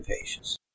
patients